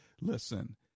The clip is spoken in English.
listen